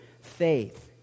faith